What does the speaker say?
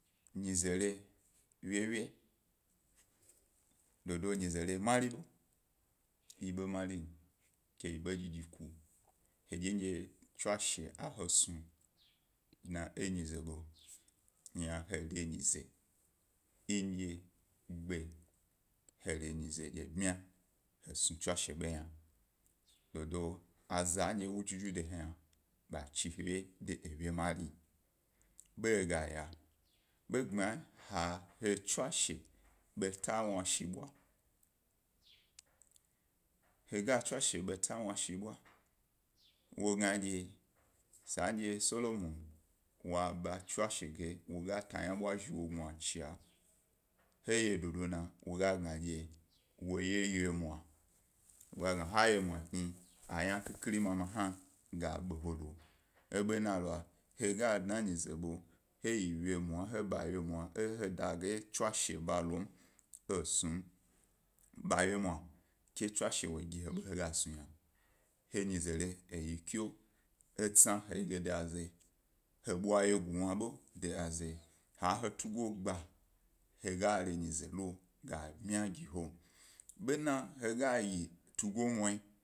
Nyize re wyewye, dodo nyize mari yi ḃo marin ke eyi dyidyiku he dye ndye tswashe a he snu dna e nyize ḃo, here nyize ndye gḃa here re nyize ebniya he snu tswashe ḃo yna, dodo a zandye wo juju de he yna ḃa chi he wye mari, begayi, ḃo gbma he tswashe waashi bwa me tswashe beta wnashi bwa, wo gna dye, sandye solomuu wo ḃâ tswashe ge wo ga tayna bwa zhi wo gnacha dye wo kni, he dodo na, wo ga dye wo ye wyimwa, wo ga gna he wyimwa kni, ayna khikhiri ma hna ga ḃehelo. He ga dna nyize bo he yi wyimwa, he ḃa wyimwa e he dageyi tswasheba lom, e snum ḃa wyimwa ke twashe wo gi he ḃo he gas nu yna, he nyize ri eyi kyaoo, etsa he yi ge da azayi. He ḃa wyega wna ḃo de azaiyi. Ha he tugo gba-he ga re nyize lo ga bnya gi he, bena he ga yi tugomwayi.